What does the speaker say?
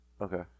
Okay